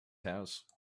house